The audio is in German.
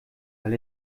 weil